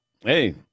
Hey